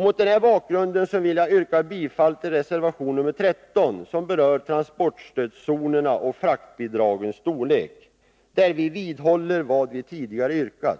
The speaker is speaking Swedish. Mot denna bakgrund vill jag yrka bifall till reservation nr 13, som berör transportstödszonerna och fraktbidragens storlek och där vi vidhåller vad vi tidigare yrkat.